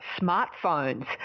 smartphones